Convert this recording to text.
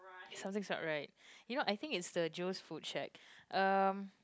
something's not right you know I think it's the Joe's food shack um